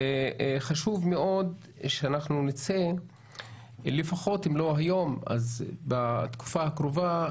וחשוב מאוד שנצא לפחות אם לא היום אז בתקופה הקרובה,